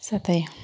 साथै